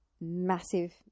Massive